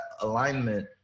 alignment